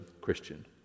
Christian